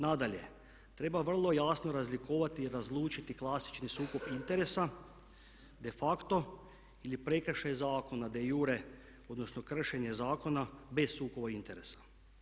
Nadalje, treba vrlo jasno razlikovati i razlučiti klasični sukob interesa, de facto ili prekršaj zakona de jure odnosno kršenje zakona bez sukoba interesa.